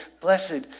Blessed